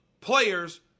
players –